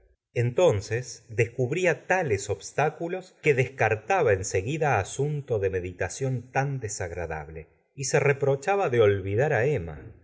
entonces descubría tales obstáculos que descartaba en seguida asunto de meditación tan desagradable y se reprochaba de olvidar á emma